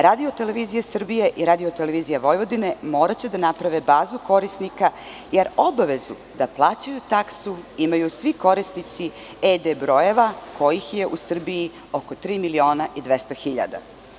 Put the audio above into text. Radio televizija Srbije i Radio televizija Vojvodine moraće da naprave bazu korisnika, jer obavezu da plaćaju taksu imaju svi korisnici ED brojeva, kojih je u Srbiji oko tri miliona i 200 hiljada.